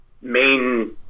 main